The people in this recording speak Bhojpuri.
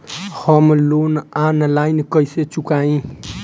हम लोन आनलाइन कइसे चुकाई?